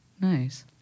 Nice